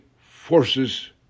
forces